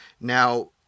Now